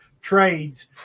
trades